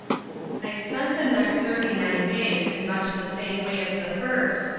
i spent the next thirty-nine days in much the same way as the first,